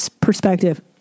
perspective